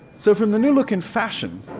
so from the new look in fashion